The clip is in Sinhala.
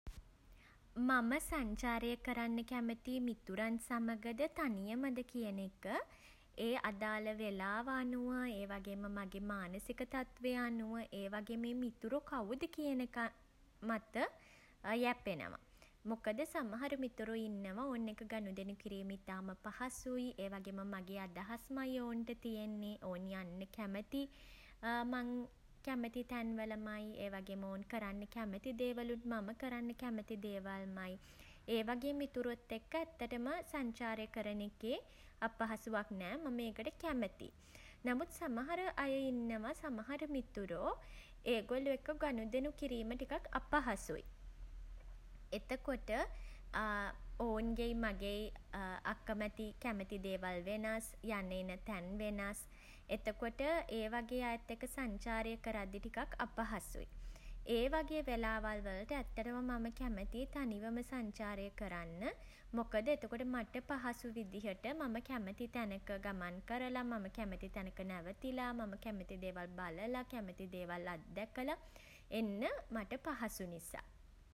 මම සංචාරය කරන්න කැමැති මිතුරන් සමගද තනියමද කියන එක ඒ අදාළ වෙලාව අනුව ඒ වගේම මගේ මානසික තත්වය අනුව ඒ වගේම ඒ මිතුරෝ කවුද කියන එක මත යැපෙනවා. මොකද සමහර මිතුරො ඉන්නවා ඔවුන් එක්ක ගනුදෙනු කිරීම ඉතාම පහසුයි. ඒ වගේම මගේ අදහස්මයි ඔවුන්ට තියෙන්නේ. ඔවුන් යන්න කැමති මං කැමැතිතැන් වලමයි. ඒ වගේම ඔවුන් කරන්න කැමති දේවලුත් මම කරන්න කැමති දේවල්මයි. ඒ වගේ මිතුරොත් එක්ක ඇත්තටම සංචාරය කරන එකේ අපහසුවක් නෑ. මම ඒකට කැමතියි. නමුත් සමහර අය ඉන්නවා සමහර මිතුරෝ ඒගොල්ලො එක්ක ගනුදෙනු කිරීම ටිකක් අපහසුයි. එතකොට ඔවුන්ගෙයි මගෙයි අකමැති කැමති දේවල් වෙනස් යන එන තැන් වෙනස්. එතකොට ඒ වගේ අයත් එක්ක සංචාරය කරද්දි ටිකක් අපහසුයි. ඒ වගේ වෙලාවල් වලට ඇත්තටම මම කැමතියි තනිවම සංචාරය කරන්න. මොකද එතකොට මට පහසු විදිහට මම කැමති තැනක ගමන් කරලා මම කැමති තැනක නැවතිලා මම කැමති දේවල් බලලා කැමති දේවල් අත්දැකලා එන්න මට පහසු නිසා.